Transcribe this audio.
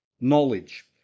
Knowledge